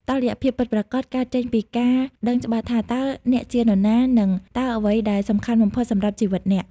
តុល្យភាពពិតប្រាកដកើតចេញពីការដឹងច្បាស់ថា "តើអ្នកជានរណា?" និង "តើអ្វីដែលសំខាន់បំផុតសម្រាប់ជីវិតអ្នក?"